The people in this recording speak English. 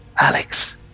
Alex